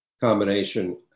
combination